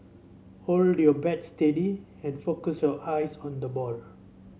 hold your bat steady and focus your eyes on the ball